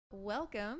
Welcome